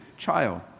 Child